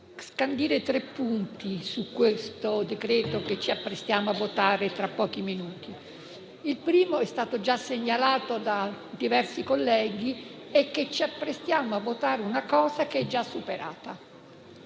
scandire tre punti su questo decreto-legge che ci apprestiamo a votare tra pochi minuti. Il primo, com'è stato già segnalato da diversi colleghi, è che ci apprestiamo a votare un qualcosa di già superato.